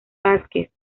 vásquez